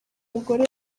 mugore